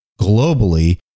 globally